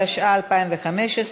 התשע"ה 2015,